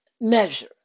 measure